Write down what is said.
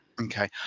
Okay